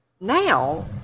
now